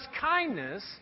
kindness